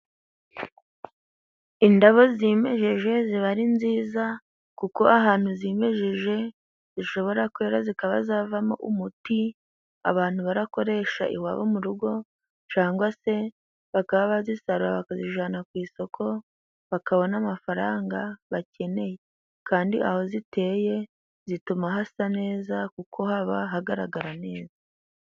Indabo zimejeje ziba ari nziza, kuko ahantu zimejeje zishobora kwera zikaba zavamo umuti abantu bakoresha iwabo mu rugo, cyangwa se bakaba bazisarura bakazijana ku isoko bakabona amafaranga bakeneye. Kandi aho ziteye zituma hasa neza kuko haba hagaragara neza.